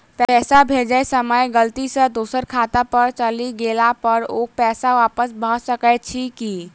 पैसा भेजय समय गलती सँ दोसर खाता पर चलि गेला पर ओ पैसा वापस भऽ सकैत अछि की?